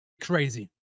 crazy